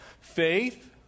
faith